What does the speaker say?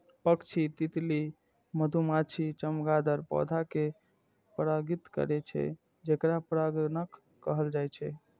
पक्षी, तितली, मधुमाछी, चमगादड़ पौधा कें परागित करै छै, जेकरा परागणक कहल जाइ छै